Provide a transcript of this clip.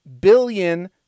billion